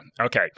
Okay